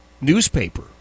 newspaper